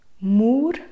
moor